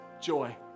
joy